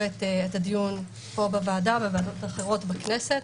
את הדיון פה בוועדה ובוועדות אחרות בכנסת.